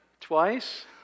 Twice